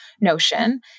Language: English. Notion